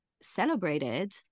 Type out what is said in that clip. celebrated